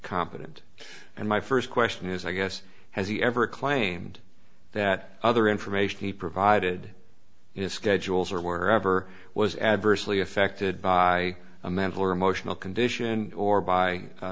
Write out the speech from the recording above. competent and my first question is i guess has he ever claimed that other information he provided is schedules or wherever was adversely affected by a mental or emotional condition or by